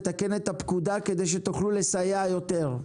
לתקן את הפקודה כדי שתוכלו לסייע יותר?